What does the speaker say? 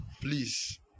please